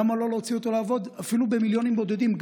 למה לא להוציא אותו לעבוד אפילו במיליונים בודדים?